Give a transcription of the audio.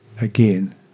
again